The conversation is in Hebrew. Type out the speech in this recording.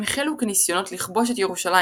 הם החלו כניסיונות לכבוש את ירושלים